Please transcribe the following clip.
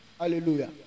hallelujah